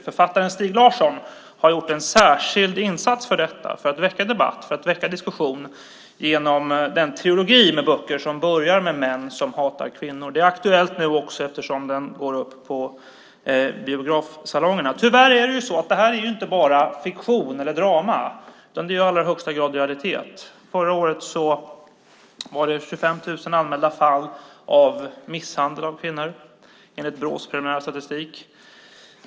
Författaren Stieg Larsson har gjort en särskild insats för att väcka debatt och diskussion genom den boktrilogi som börjar med Män som hatar kvinnor . Den är aktuell nu också eftersom den går på biograferna. Tyvärr är inte detta bara fiktion eller drama, utan det är i allra högsta grad realitet. Förra året anmäldes 25 000 fall av misshandel av kvinnor enligt Brås preliminära statistik.